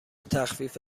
تخفیف